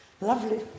Lovely